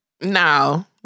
no